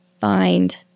find